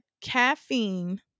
caffeine